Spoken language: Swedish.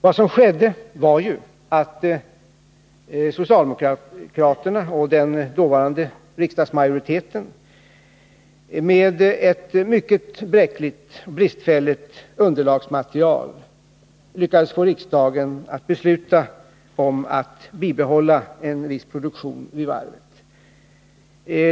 Vad som skedde var att socialdemokraterna och den dåvarande riksdagsmajoriteten på ett mycket bräckligt och bristfälligt underlag lyckades få riksdagen att besluta om att bibehålla en viss starkt förlustbringande produktion vid varvet.